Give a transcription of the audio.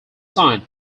sign